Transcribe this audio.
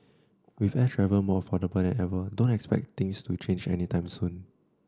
with air travel more affordable than ever don't expect things to change any time soon